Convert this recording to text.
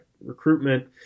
recruitment